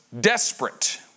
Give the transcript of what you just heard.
desperate